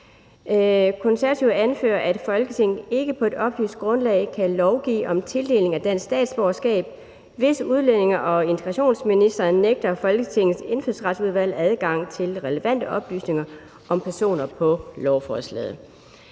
Konservative anfører, at Folketinget ikke på et oplyst grundlag kan lovgive om tildeling af dansk statsborgerskab, hvis udlændinge- og integrationsministeren nægter Folketingets Indfødsretsudvalg adgang til relevante oplysninger om personer på lovforslaget.